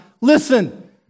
Listen